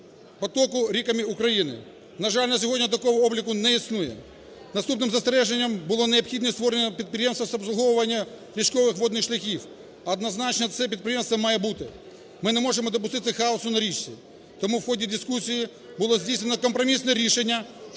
вантажопотоку ріками України. На жаль, на сьогодні такого обліку не існує. Наступним застереженням було необхідність створення підприємства з обслуговування річкових водних шляхів. Однозначно, це підприємство має бути, ми не можемо допустити хаосу на річці. Тому в ході дискусії було здійснено компромісне рішення